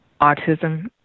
autism